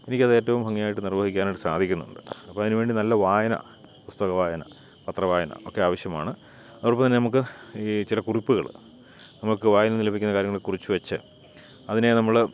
എനിക്ക് അത് ഏറ്റവും ഭംഗിയായിട്ട് നിർവഹിക്കാനായിട്ട് സാധിക്കുന്നുണ്ട് അപ്പോൾ അതിനുവേണ്ടി നല്ല വായന പുസ്തകവായന പത്രവായന ഒക്കെ ആവശ്യമാണ് അതോടൊപ്പം തന്നെ നമുക്ക് ഈ ചില കുറിപ്പുകൾ നമുക്ക് വായിൽ നിന്ന് ലഭിക്കുന്ന കാര്യങ്ങൾ കുറിച്ചുവെച്ച് അതിനെ നമ്മൾ